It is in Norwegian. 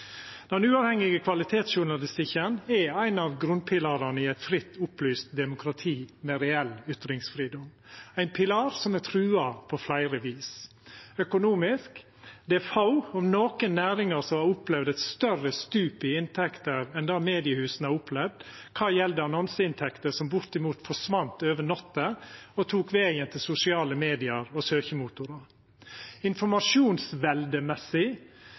Den uavhengige kvalitetsjournalistikken er ein av grunnpilarane i eit fritt, opplyst demokrati med reell ytringsfridom, ein pilar som er truga på fleire vis: Økonomisk: Det er få, om nokon, næringar som har opplevd eit større stup i inntekter enn det mediehusa har opplevd kva gjeld annonseinntekter som bortimot forsvann over natta og tok vegen til sosiale medium og søkemotorar.